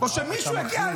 או שמישהו יגיע,